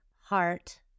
heart